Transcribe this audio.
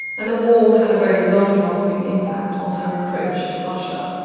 and the war had a very long lasting impact on her approach to russia.